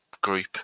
group